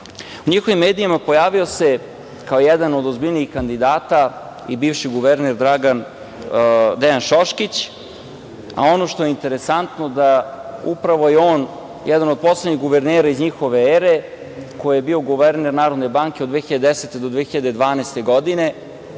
njihovim medijima pojavio se, kao jedan od ozbiljnijih kandidata, bivši guverner Dejan Šoškić, a ono što je interesantno da upravo je on jedan od poslednjih guvernera iz njihove ere koji je bio guverner Narodne banke od 2010. do 2012. godine,